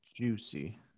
juicy